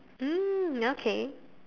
mm okay